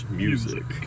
music